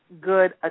good